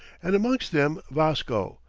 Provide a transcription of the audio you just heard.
and amongst them vasco,